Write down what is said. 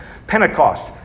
Pentecost